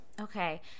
Okay